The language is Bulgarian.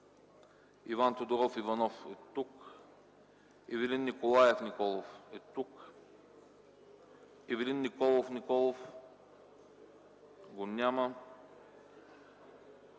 Иван Тодоров Иванов - тук Ивелин Николаев Николов - тук Ивелин Николов Николов - тук